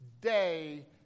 day